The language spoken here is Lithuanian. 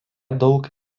daug